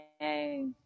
Yay